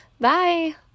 Bye